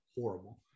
horrible